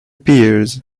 peers